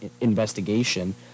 investigation